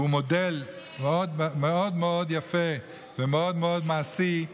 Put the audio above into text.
והוא מודל מאוד מאוד יפה ומאוד מאוד מעשי,